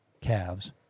calves